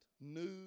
new